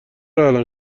الان